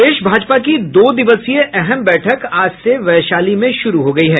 प्रदेश भाजपा की दो दिवसीय अहम बैठक आज से वैशाली में शुरू हो गयी है